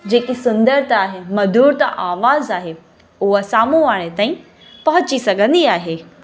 जेकी सुंदरता आहे मधूर त आवाज़ु आहे उहा साम्हूं वारे ताईं पहुची सघंदी आहे